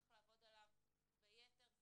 צריך לעבוד עליו ביתר שאת.